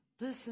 Listen